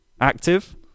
active